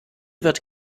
wird